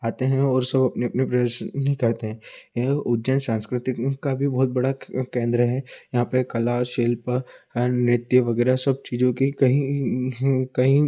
आते हैं और सब अपने अपने प्रेयर्स उन्हीं करते हैं यह उज्जैन सांस्कृतिक का भी बहुत बड़ा केंद्र है यहाँ पर कला शिल्प नृत्य वगैरह सब चीज़ों की कहीं कहीं